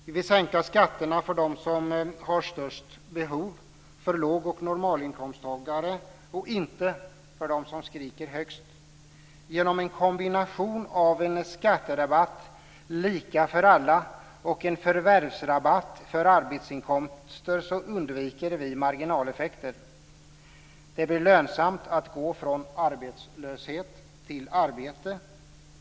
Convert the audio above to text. Vi vill sänka skatterna för dem som har störst behov, för låg och normalinkomsttagare, och inte för dem som skriker högst. Genom en kombination av en skatterabatt lika för alla och en förvärvsrabatt för arbetsinkomster undviker vi marginaleffekter. Det blir lönsamt att gå från arbetslöshet till arbete.